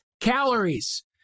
calories